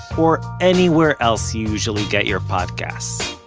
or anywhere else you usually get your podcasts.